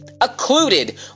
Occluded